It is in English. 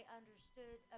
understood